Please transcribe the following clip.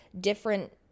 different